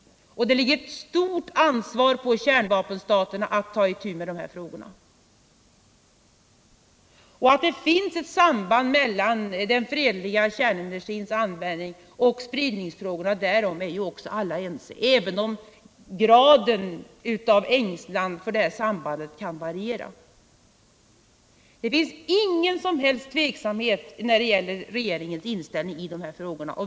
Det ligger stort ansvar på kärnvapenstaterna att ta itu med denna fråga. Att det finns ett samband mellan den fredliga kärnenergins användning och spridningsfrågan är alla ense om, även om graden av ängslan för det här sambandet kan variera. Det finns ingen som helst tveksamhet om regeringens inställning i de här frågorna.